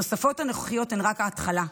התוספות הנוכחיות הן רק ההתחלה.